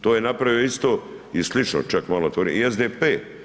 To je napravio isto i slično čak malo i SDP.